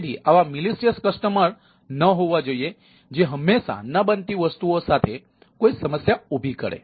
તેથી આવા દૂષિત ગ્રાહકો ન હોવા જોઈએ જે હંમેશા ન બનતી વસ્તુઓ સાથે કોઈ સમસ્યા ઉભી કરે